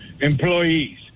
employees